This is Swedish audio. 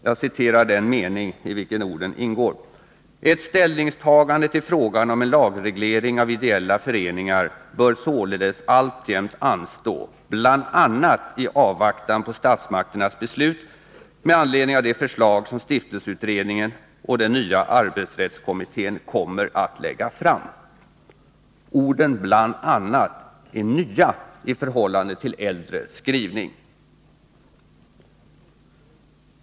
Jag citerar den mening i vilken orden ingår: ”Ett ställningstagande till frågan om en lagreglering av ideella föreningar bör således alltjämt anstå bl.a. i avvaktan på statsmakternas beslut med anledning av de förslag som stiftelseutredningen och nya arbetsrättskommittén kommer att lägga fram.” Orden ”bl.a.” är nya i förhållande till äldre skrivning.